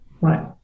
Right